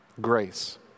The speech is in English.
Grace